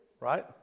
right